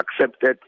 accepted